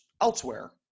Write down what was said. elsewhere